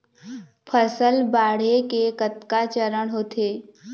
फसल बाढ़े के कतका चरण होथे?